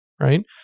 right